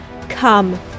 Come